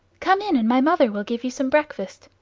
come in, and my mother will give you some breakfast.